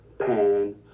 Pan